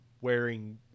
wearing